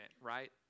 right